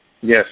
Yes